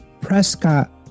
Prescott